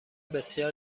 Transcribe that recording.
بسیار